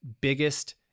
biggest